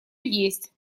есть